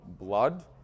blood